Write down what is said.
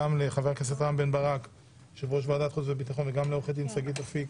אל חבר הכנסת רם בן ברק יו"ר ועדת חוץ וביטחון ועורכת הדין שגית אפיק.